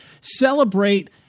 celebrate